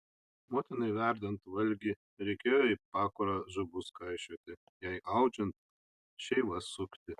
motinai verdant valgį reikėjo į pakurą žabus kaišioti jai audžiant šeivas sukti